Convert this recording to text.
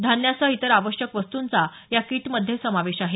धान्यासह इतर आवश्यक वस्तंचा या कीटमध्ये समावेश आहे